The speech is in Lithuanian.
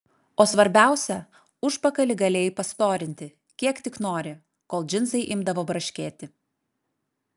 o svarbiausia užpakalį galėjai pastorinti kiek tik nori kol džinsai imdavo braškėti